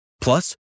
Plus